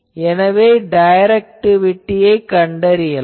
எனவே டைரக்டிவிட்டியைக் கண்டறியலாம்